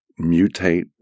mutate